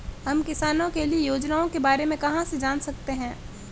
हम किसानों के लिए योजनाओं के बारे में कहाँ से जान सकते हैं?